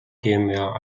gmbh